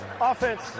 Offense